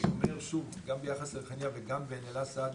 אני אומר שוב, גם ביחס לריחאניה וגם בעין אל-אסד,